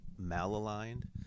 malaligned